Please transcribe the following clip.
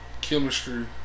chemistry